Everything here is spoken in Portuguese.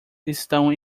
estão